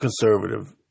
conservative